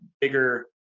bigger